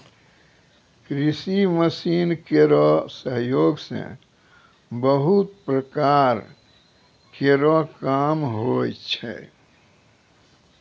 कृषि मसीन केरो सहयोग सें बहुत प्रकार केरो काम होय छै